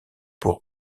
pour